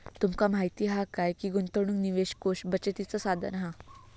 तुमका माहीत हा काय की गुंतवणूक निवेश कोष बचतीचा साधन हा